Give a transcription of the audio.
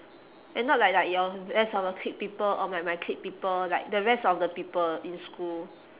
and not like like your rest of your clique people or my my clique people like the rest of the people in school